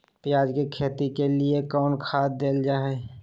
प्याज के खेती के लिए कौन खाद देल जा हाय?